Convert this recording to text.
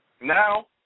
Now